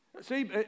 See